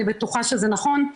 אני בטוחה שזה נכון.